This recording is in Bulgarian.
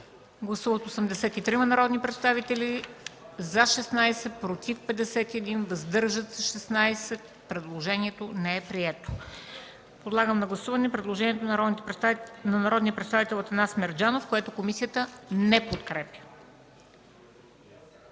Гласували 83 народни представители: за 16, против 51, въздържали се 16. Предложението не е прието. Подлагам на гласуване предложението на народния представител Атанас Мерджанов, което комисията не подкрепя.